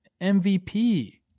MVP